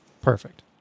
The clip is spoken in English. perfect